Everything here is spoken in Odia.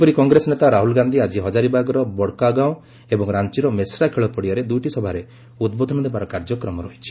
ସେହିପରି କଂଗ୍ରେସ ନେତା ରାହୁଳ ଗାନ୍ଧୀ ଆଜି ହଜାରିବାଗର ବଡକାଗାଓଁ ଏବଂ ରାଞ୍ଚିର ମେସ୍ରା ଖେଳପଡିଆରେ ଦୁଇଟି ସଭାରେ ଉଦ୍ବୋଧନ ଦେବାର କାର୍ଯ୍ୟକ୍ରମ ରହିଛି